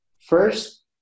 first